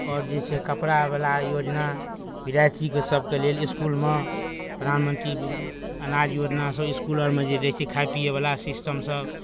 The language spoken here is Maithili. आओर जे छै कपड़ावला योजना विद्यार्थीके सभके लेल इसकुलमे प्रधानमंत्री अनाज योजना सेहो इसकुल आरमे जे रहै छै खाय पियैवला सिस्टमसभ